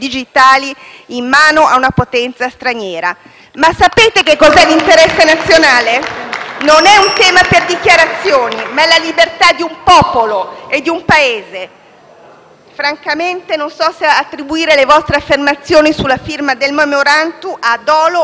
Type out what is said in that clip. Non è un tema per dichiarazioni, ma è la libertà di un popolo e di un Paese. Francamente, non so se attribuire le vostre affermazioni sulla firma del *memorandum* a dolo o ad incompetenza: in entrambi i casi è grave e dimostra improvvisazione e inadeguatezza.